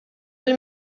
bil